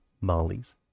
Molly's